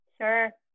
Sure